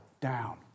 down